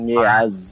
yes